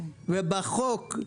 ובחוק,